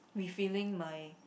refilling my